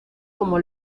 como